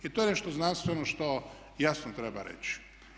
I to je nešto znanstveno što jasno treba reći.